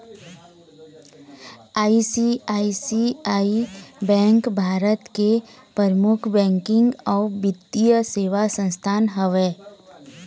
ICICI bank Bharat के परमुख banking अउ बित्तीय सेवा संस्थान हवय